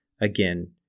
again